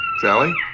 Sally